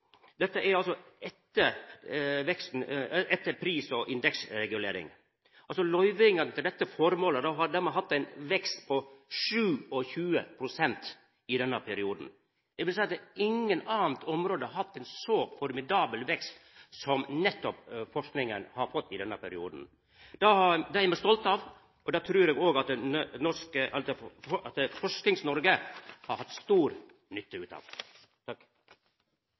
dette er altså etter pris- og indeksregulering. Løyvingane til dette formålet har dermed hatt ein vekst på 27 pst. i denne perioden. Eg vil seia at ikkje noko anna område har hatt ein så formidabel vekst som nettopp forskinga har fått i denne perioden. Det er me stolte av, og det trur eg òg at Forskings-Noreg har hatt stor nytte av. Jeg hadde tenkt å nøye meg med ett innlegg, men jeg merker at